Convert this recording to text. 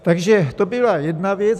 Takže to byla jedna věc.